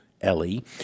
Ellie